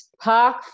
park